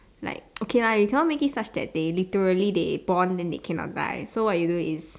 like okay lah you cannot make it such that they literally they born then they cannot die so what you do is